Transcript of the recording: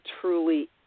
truly